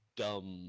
dumb